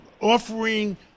offering